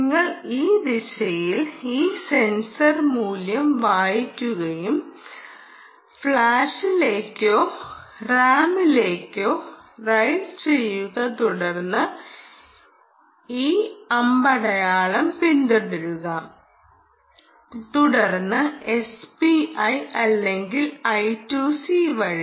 നിങ്ങൾ ഈ ദിശയിൽ ഈ സെൻസർ മൂല്യം വായിക്കുകയും ഫ്ലാഷിലേക്കോ റാമിലേക്കോ റൈറ്റ് ചെയ്യുക തുടർന്ന് ഈ അമ്പടയാളം പിന്തുടരുക തുടർന്ന് എസ്പിഐ അല്ലെങ്കിൽ ഐ 2 സി വഴി